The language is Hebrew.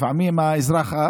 לפעמים האזרח,